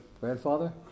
grandfather